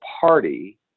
party